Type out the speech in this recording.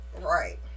Right